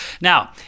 Now